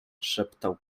szeptał